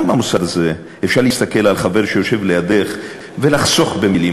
גם במוסד הזה אפשר להסתכל על חבר שיושב לידך ולחסוך במילים.